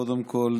קודם כול,